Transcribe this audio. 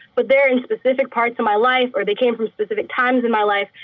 but they're in specific parts of my life or they came from specific times in my life.